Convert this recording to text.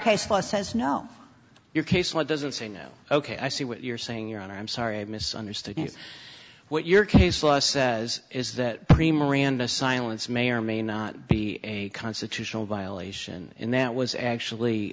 case law says no your case law doesn't say now ok i see what you're saying your honor i'm sorry i misunderstood you what your case law says is that creamery and the silence may or may not be a constitutional violation in that was actually